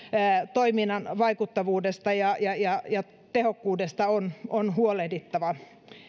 toiminnan vaikuttavuudesta ja ja tehokkuudesta on on huolehdittava